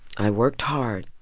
i worked hard